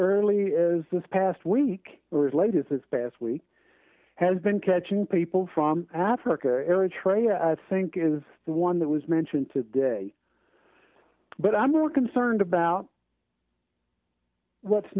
early as this past week or at latest this past week has been catching people from africa eritrea i think is the one that was mentioned today but i'm more concerned about what's